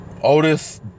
Otis